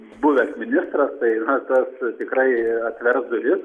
buvęs ministras tai na tas tikrai atvers duris